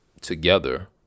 together